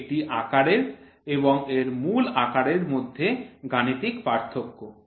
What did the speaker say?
এটি একটি আকারের এবং এর মূল আকারের মধ্যে গাণিতিক পার্থক্য